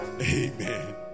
Amen